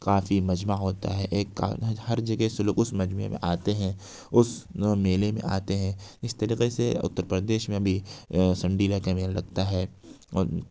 کافی مجمع ہوتا ہے ایک کا ہر جگہ سے لوگ اس مجمعے میں آتے ہیں اس میلے میں آتے ہیں اس طریقے سے اتر پردیش میں بھی سنڈیلا کا میلہ لگتا ہے اور